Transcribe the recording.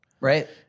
right